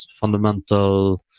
fundamental